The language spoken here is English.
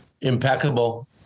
impeccable